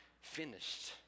finished